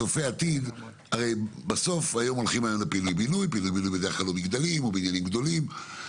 הרי פינוי-בינוי זה בדרך כלל מגדלים או בניינים גדולים,